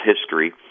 history